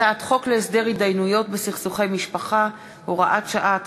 הצעת חוק להסדר התדיינויות בסכסוכי משפחה (הוראת שעה),